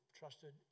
trusted